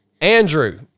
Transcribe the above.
Andrew